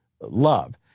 love